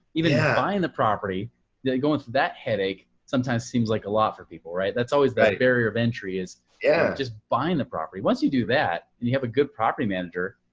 even buying the property they're going through that. headache sometimes seems like a lot for people, right? that's always that barrier of entry is yeah just buying the property. once you do that and you have a good property manager,